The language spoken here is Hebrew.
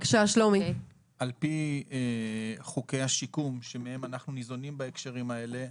על פי חוקי השיקום שמהם אנחנו ניזונים בהקשרים האלה,